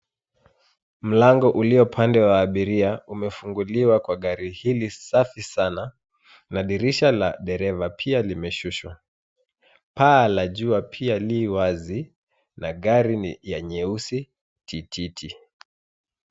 Mlango ulio upande wa abiria umefunguliwa kwa gari hili safi sana na dirisha la dereva pia limeshushwa. Paa la juu pia li wazi na gari ni ya nyeusi tititi.